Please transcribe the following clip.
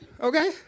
Okay